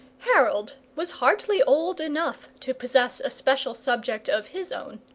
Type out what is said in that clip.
harold was hardly old enough to possess a special subject of his own.